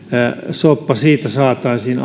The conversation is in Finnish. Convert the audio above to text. soppa siitä saataisiin